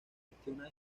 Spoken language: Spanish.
gestiona